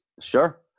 sure